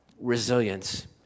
resilience